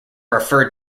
referred